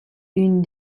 une